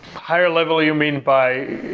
higher level, you mean by?